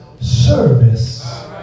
service